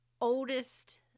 oldest